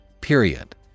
period